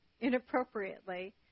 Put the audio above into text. inappropriately